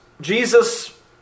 Jesus